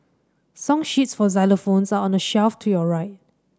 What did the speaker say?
song sheets for xylophones are on the shelf to your right